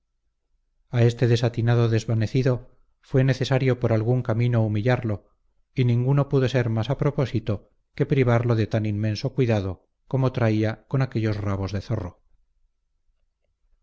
a este desatinado desvanecido fue necesario por algún camino humillarlo y ninguno pudo ser más a propósito que privarlo de tan inmenso cuidado como traía con aquellos rabos de zorro